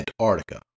Antarctica